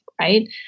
Right